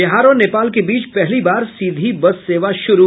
बिहार और नेपाल के बीच पहली बार सीधी बस सेवा शुरू